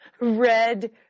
red